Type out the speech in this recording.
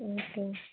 okay